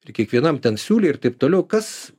ir kiekvienam ten siūlė ir taip toliau kas